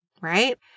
Right